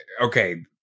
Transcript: okay